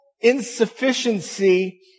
insufficiency